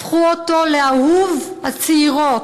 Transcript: הפכו אותו לאהוב הצעירות,